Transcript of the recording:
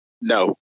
No